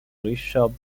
richard